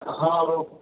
हाँ रोप